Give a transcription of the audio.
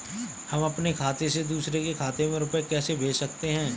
हम अपने खाते से दूसरे के खाते में रुपये कैसे भेज सकते हैं?